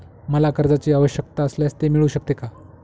मला कर्जांची आवश्यकता असल्यास ते मिळू शकते का?